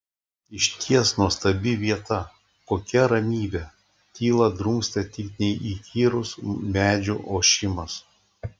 išties nuostabi vieta kokia ramybė tylą drumstė tik neįkyrus medžių ošimas